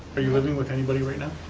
are you living with anybody right now?